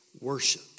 Worship